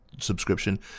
subscription